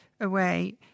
away